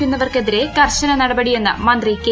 ക്കുന്നവർക്കെതിരെ കർശന് നടപടിയെന്ന് മന്ത്രി കെ